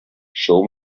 show